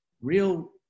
real